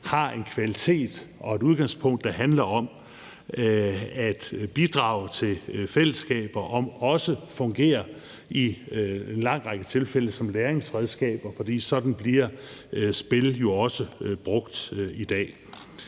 har en kvalitet og et udgangspunkt, der handler om at bidrage til fællesskaber og også i en lang række tilfælde om at fungere som læringsredskaber, for sådan bliver spil jo også brugt i dag.